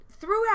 throughout